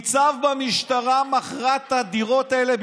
ניצב במשטרה מכרה את הדירות האלה,